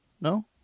No